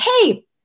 hey